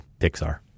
Pixar